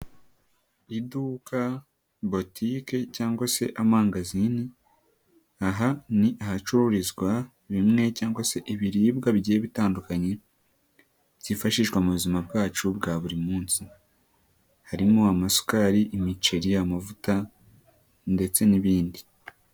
Iduka, botike cyangwa se amangazini, aha ni ahacururizwa bimwe cyangwa se ibiribwa bigiye bitandukanye byifashishwa mu buzima bwacu bwa buri munsi harimo amasukari, imiceri, amavuta ndetse n'ibindi.